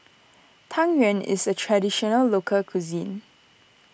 Tang Yuen is a Traditional Local Cuisine